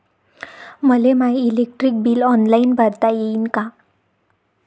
मले my electric bill online भरता येईन का?